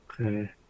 Okay